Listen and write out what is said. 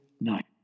night